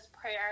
prayer